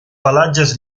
pelatges